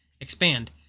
expand